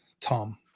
Tom